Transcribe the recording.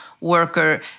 worker